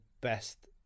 best